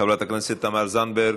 חברת הכנסת תמר זנדברג,